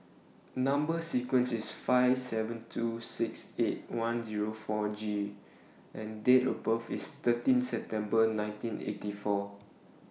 Number sequence IS S seven two six eight one Zero four G and Date of birth IS thirteen September nineteen eighty four